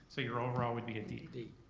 so your overall would be a d. d.